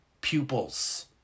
pupils